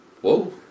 Whoa